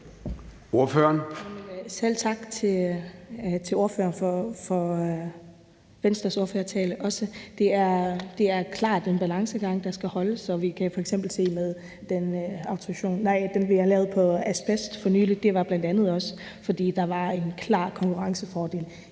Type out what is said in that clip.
Selv tak til Venstres ordfører for ordførertalen. Det er klart en balancegang, der skal holdes. Vi kan f.eks. set det med det, vi har lavet på asbestområdet for nylig. Det var bl.a. også, fordi der var en klar konkurrencefordel